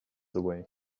away